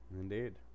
Indeed